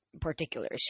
particulars